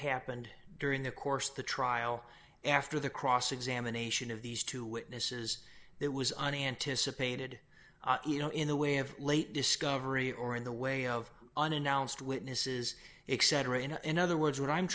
happened during the course of the trial after the cross examination of these two witnesses that was unanticipated you know in the way of late discovery or in the way of unannounced witnesses excedrin in other words what i'm